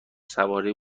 سواری